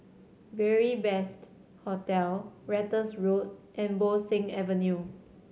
Beary Best Hostel Ratus Road and Bo Seng Avenue